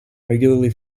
regularly